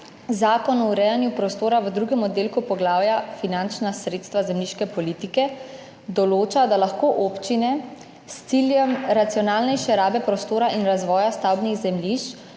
Zakon o urejanju prostora v drugem oddelku poglavja Finančna sredstva zemljiške politike določa, da lahko občine s ciljem racionalnejše rabe prostora in razvoja stavbnih zemljišč